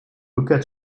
rückkehr